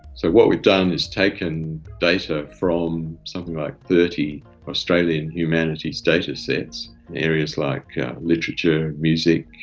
so what we've done is taken data from something like thirty australian humanities datasets in areas like yeah literature, music,